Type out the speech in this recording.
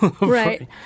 Right